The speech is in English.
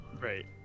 Right